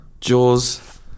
Jaws